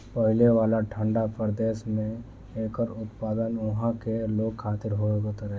पहिले वाला ठंडा प्रदेश में एकर उत्पादन उहा के लोग खातिर होत रहे